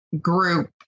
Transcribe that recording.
group